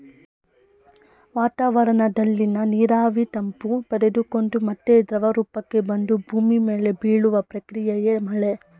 ವಾತಾವರಣದಲ್ಲಿನ ನೀರಾವಿ ತಂಪು ಪಡೆದುಕೊಂಡು ಮತ್ತೆ ದ್ರವರೂಪಕ್ಕೆ ಬಂದು ಭೂಮಿ ಮೇಲೆ ಬೀಳುವ ಪ್ರಕ್ರಿಯೆಯೇ ಮಳೆ